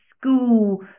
school